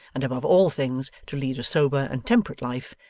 and above all things to lead a sober and temperate life,